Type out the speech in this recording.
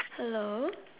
hello